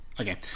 Okay